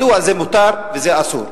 מדוע זה מותר וזה אסור?